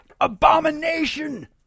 abomination